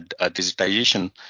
digitization